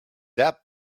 that